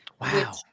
Wow